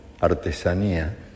artesanía